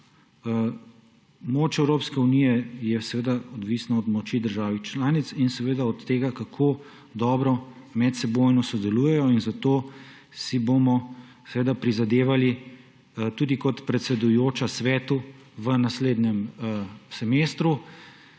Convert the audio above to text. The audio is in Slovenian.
moč Evropske unije je seveda odvisna od moči držav članic in seveda od tega, kako dobro medsebojno sodelujejo. Za to si bomo prizadevali tudi kot predsedujoča država Svetu